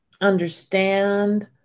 understand